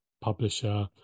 publisher